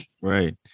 Right